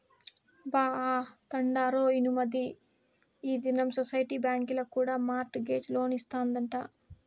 బా, ఆ తండోరా ఇనుమరీ ఈ దినం సొసైటీ బాంకీల కూడా మార్ట్ గేజ్ లోన్లిస్తాదంట